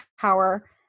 power